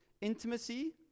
intimacy